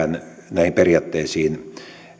näihin periaatteisiin